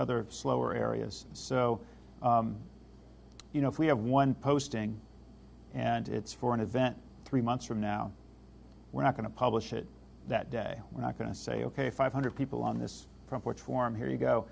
other slower areas so you know if we have one posting and it's for an event three months from now we're not going to publish it that day we're not going to say ok five hundred people on this forum here you go